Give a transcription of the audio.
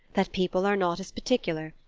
that people are not as particular,